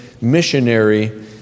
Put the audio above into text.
missionary